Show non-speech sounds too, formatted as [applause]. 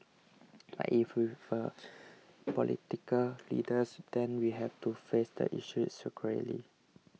[noise] but if we are [noise] political leaders then we have to face the issue squarely